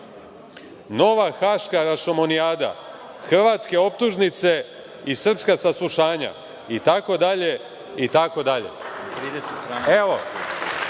„Nova haška rašomonijada“, „Hrvatske optužnice i srpska saslušanja“ itd,